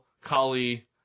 Kali